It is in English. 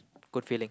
good feeling